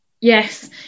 Yes